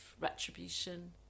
retribution